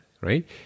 right